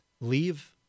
Leave